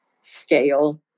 scale